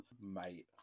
Mate